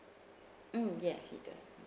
mm yeah he does